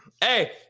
Hey